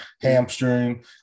hamstring